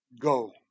go